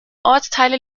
ortsteile